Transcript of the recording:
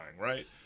right